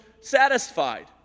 satisfied